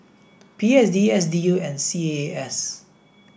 P S D S D U and C A A S